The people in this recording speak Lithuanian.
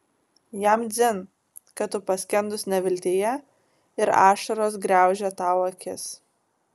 jam dzin kad tu paskendus neviltyje ir ašaros griaužia tau akis